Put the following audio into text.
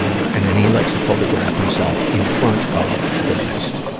and then he likes to photograph himself in front of the list.